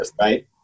right